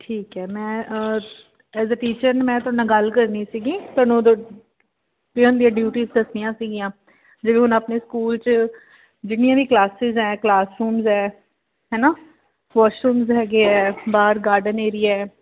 ਠੀਕ ਹੈ ਮੈਂ ਐਜ਼ ਏ ਟੀਚਰ ਮੈਂ ਤੁਹਾਡੇ ਨਾਲ ਗੱਲ ਕਰਨੀ ਸੀਗੀ ਤੁਹਾਨੂੰ ਉਦੋਂ ਪੀਅਨ ਦੀਆਂ ਡਿਊਟੀਜ਼ ਦੱਸੀਆਂ ਸੀਗੀਆਂ ਜਿਵੇਂ ਹੁਣ ਆਪਣੇ ਸਕੂਲ ਚ ਜਿੰਨੀਆਂ ਵੀ ਕਲਾਸਿਜ ਐ ਕਲਾਸ ਰੂਮਜ਼ ਆ ਹੈ ਨਾ ਵਾਸ਼ਰੂਮਜ਼ ਹੈਗੇ ਐ ਬਾਹਰ ਗਾਰਡਨ ਏਰੀਆ ਐ